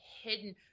hidden